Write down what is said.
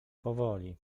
powoli